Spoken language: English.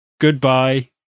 Goodbye